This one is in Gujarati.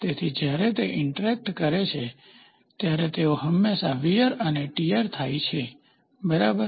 તેથી જ્યારે તે ઈન્ટરેક્ટ કરે છે ત્યારે તેઓ હંમેશાં વીયર અને ટીયર થાય છે બરાબર